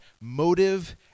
motive